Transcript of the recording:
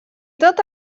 tot